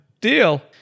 Deal